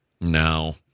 No